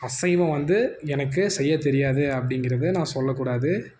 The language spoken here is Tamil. அசைவம் வந்து எனக்கு செய்ய தெரியாது அப்டிங்கிறதை நான் சொல்லக்கூடாது